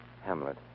Hamlet